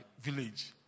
village